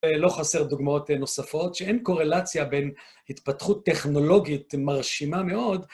לא חסר דוגמאות נוספות שאין קורלציה בין התפתחות טכנולוגית מרשימה מאוד